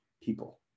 people